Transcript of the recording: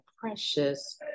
precious